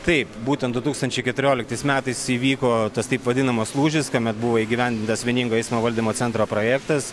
taip būtent du tūkstančiai keturioliktais metais įvyko tas taip vadinamas lūžis kamet buvo įgyvendintas vieningo eismo valdymo centro projektas